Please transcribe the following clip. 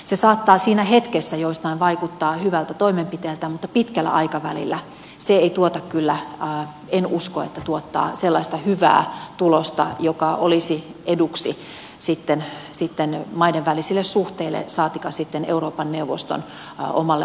se saattaa siinä hetkessä joistain vaikuttaa hyvältä toimenpiteeltä mutta pitkällä aikavälillä se ei tuota kyllä en usko että tuottaa sellaista hyvää tulosta joka olisi sitten eduksi maiden välisille suhteille saatikka sitten euroopan neuvoston omalle arvovallalle